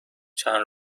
چند